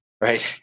right